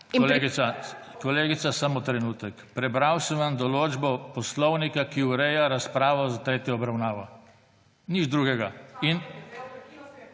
Kolegica, samo trenutek. Prebral sem vam določbo Poslovnika, ki ureja razpravo za tretjo obravnavo. Nič drugega.